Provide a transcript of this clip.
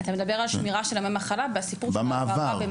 אתה מדבר על שמירה של ימי מחלה בסיפור של מעבר כמעבר.